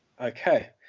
Okay